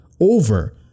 over